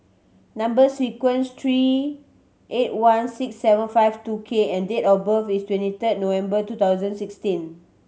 number sequence three eight one six seven five two K and date of birth is twenty third November two thousand sixteen